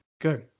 good